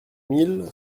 mille